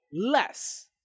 less